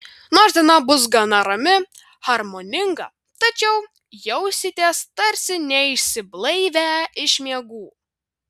nors diena bus gana rami harmoninga tačiau jausitės tarsi neišsiblaivę iš miegų